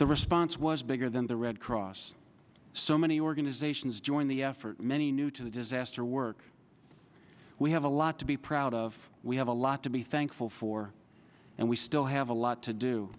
the response was bigger than the red cross so many organizations join the effort many new to the disaster work we have a lot to be proud of we have a lot to be thankful for and we still have a lot to do